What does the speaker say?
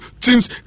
teams